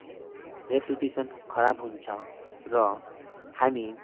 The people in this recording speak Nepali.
रेप्युटेसन खराब हुन्छ र हामी